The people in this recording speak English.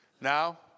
Now